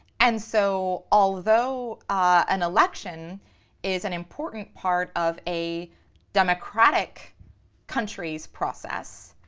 and so although an election is an important part of a democratic country's process,